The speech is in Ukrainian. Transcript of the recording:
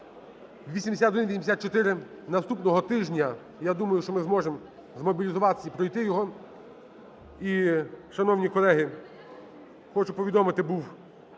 - 8184. Наступного тижня, я думаю, що ми зможемо змобілізуватись і пройти його. І, шановні колеги, хочу повідомити: був